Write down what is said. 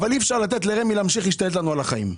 אי-אפשר לתת לרמ"י להמשיך להשתלט לנו על החיים.